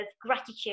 gratitude